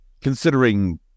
considering